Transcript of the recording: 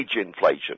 inflation